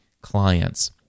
clients